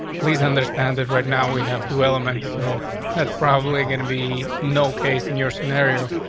please understand that where now we have two elements so that's probably going to be no case in your scenario.